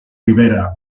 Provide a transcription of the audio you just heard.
rivera